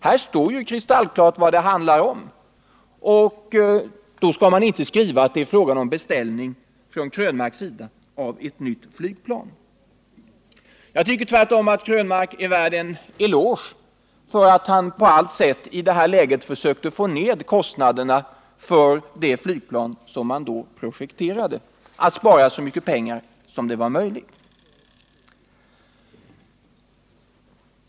Här står det kristallklart vad det handlar om, och då skall man inte skriva att det är fråga om en beställning från herr Krönmarks sida av ett nytt flygplan. Jag tycker tvärtom att herr Krönmark är värd en eloge för att han i detta läge på allt sätt försökte få ned kostnaderna för det flygplan som man då projekterade, dvs. spara så mycket pengar som möjligt.